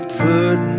put